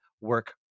work